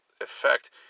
effect